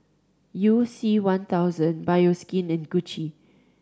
You C One thousand Bioskin and Gucci